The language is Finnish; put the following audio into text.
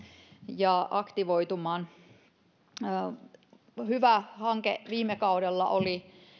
ja aktivoitumaan hyvä hanke viime kaudella oli